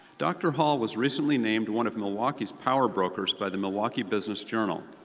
dr. hall was recently named one of milwaukee's powerbrokers by the milwaukee business journal.